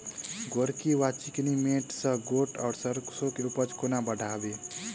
गोरकी वा चिकनी मैंट मे गोट वा सैरसो केँ उपज कोना बढ़ाबी?